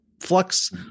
flux